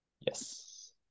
Yes